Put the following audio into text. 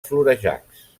florejacs